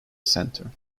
center